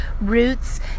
roots